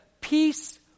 peace